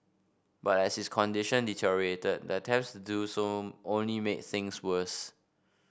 but as his condition deteriorated the attempts do so only made things worse